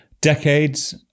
decades